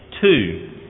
two